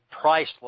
priceless